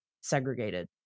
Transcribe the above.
segregated